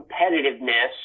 competitiveness